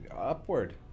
Upward